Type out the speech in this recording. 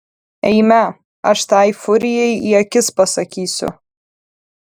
eime aš tai furijai į akis pasakysiu